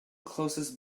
closest